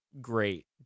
great